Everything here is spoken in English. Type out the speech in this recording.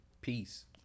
Peace